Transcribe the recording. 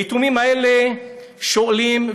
היתומים האלה שואלים,